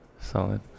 solid